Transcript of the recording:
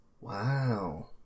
Wow